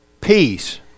peace